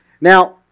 Now